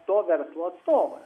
to verslo atstovas